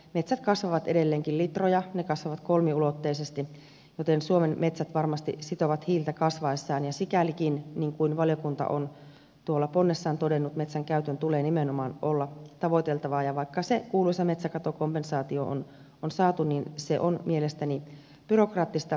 metsät kasvavat edelleenkin litroja ne kasvavat kolmiulotteisesti joten suomen metsät varmasti sitovat hiiltä kasvaessaan ja sikälikin niin kuin valiokunta on tuolla ponnessaan todennut metsän käytön tulee nimenomaan olla tavoiteltavaa ja vaikka se kuuluisa metsäkatokompensaatio on saatu se on mielestäni byrokraattista kikkailua itsestäänselvyyksillä